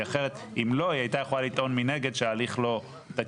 כי אחרת אם לא היא הייתה יכולה לטעון מנגד שההליך לא תקין.